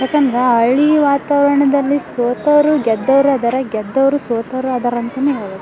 ಯಾಕಂದ್ರೆ ಹಳ್ಳಿ ವಾತಾವರ್ಣದಲ್ಲಿ ಸೋತವರು ಗೆದ್ದವ್ರು ಇದಾರೆ ಗೆದ್ದವರು ಸೋತವ್ರು ಇದಾರಂತನೂ ಹೇಳ್ಬೋದ್